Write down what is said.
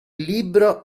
libro